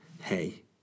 hey